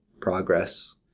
progress